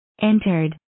Entered